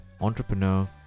entrepreneur